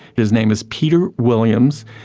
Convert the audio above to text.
his name is peter williams.